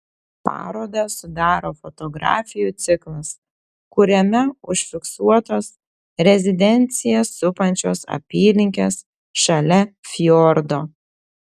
parodą sudaro fotografijų ciklas kuriame užfiksuotos rezidenciją supančios apylinkės šalia fjordo